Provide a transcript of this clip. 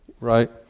right